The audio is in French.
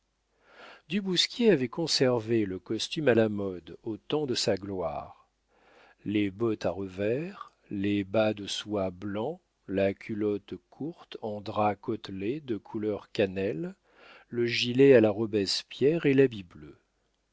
du bousquier avait conservé le costume à la mode au temps de sa gloire les bottes à revers les bas de soie blancs la culotte courte en drap côtelé de couleur cannelle le gilet à la robespierre et l'habit bleu